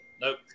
Nope